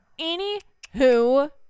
Anywho